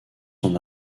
son